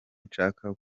nshaka